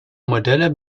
modelle